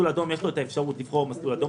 ב-0 7 קילומטרים יש אפשרות לבחור במסלול האדום.